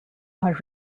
are